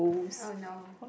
oh no